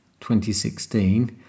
2016